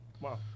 Wow